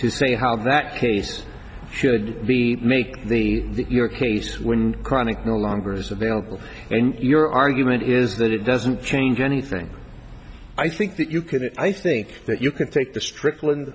to say how that case should be make the your case when chronic no longer is available and your argument is that it doesn't change anything i think that you can i think that you can take the stric